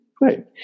Right